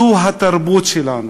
זו התרבות שלנו,